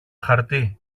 χαρτί